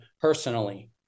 personally